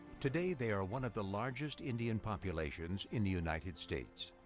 today they are one of the largest indian populations in the united states.